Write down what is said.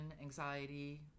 anxiety